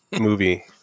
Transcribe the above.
movie